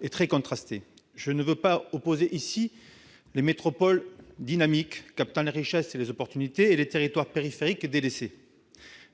et contrastées. Je ne veux pas opposer ici les métropoles dynamiques, captant les richesses et les opportunités, et les territoires périphériques délaissés,